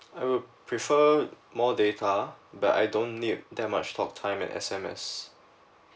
I'll prefer more data but I don't need that much talk time and S_M_S